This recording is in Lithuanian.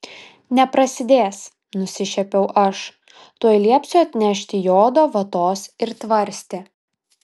neprasidės nusišiepiau aš tuoj liepsiu atnešti jodo vatos ir tvarstį